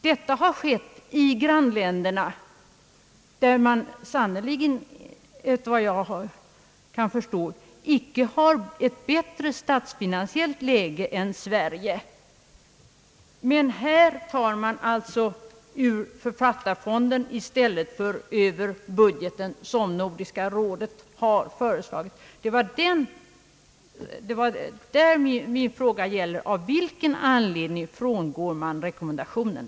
Detta har skett i grannländerna, där man efter vad jag kan förstå icke har eit bättre statsfinansiellt läge än Sverige. Men här tar man alltså medel ur författarfonden i stället för ur budgeten, enligt Nordiska rådets förslag. Det var det min fråga gällde, alltså: Av vilken anledning frångår man rekommendationen?